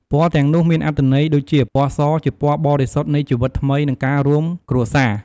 ពណ៌ទាំងនោះមានអត្ថន័យដូចជា ពណ៌ស ជាពណ៌បរិសុទ្ធនៃជីវិតថ្មី និងការរួមគ្រួសារ។